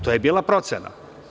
To je bila procena.